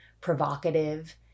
provocative